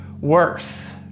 worse